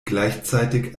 gleichzeitig